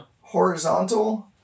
horizontal